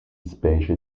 specie